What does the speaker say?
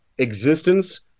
existence